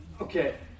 Okay